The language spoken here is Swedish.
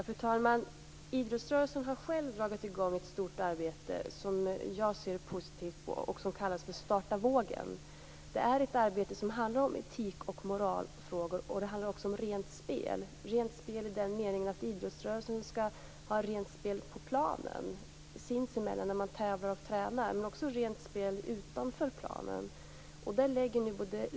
Fru talman! Idrottsrörelsen har själv dragit i gång ett stort arbete som jag ser positivt på och som kallas Starta vågen. Det är ett arbete som handlar om etik och moral. Det handlar också om rent spel i den meningen att man inom idrotten skall ha rent spel på planen när man tävlar och tränar men också rent spel utanför planen.